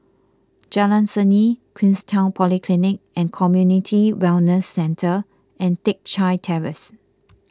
Jalan Seni Queenstown Polyclinic and Community Wellness Centre and Teck Chye Terrace